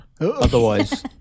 otherwise